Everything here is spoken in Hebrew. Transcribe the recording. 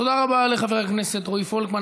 תודה רבה לחבר הכנסת רועי פולקמן.